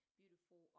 beautiful